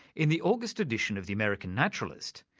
in the august edition of the american naturalist,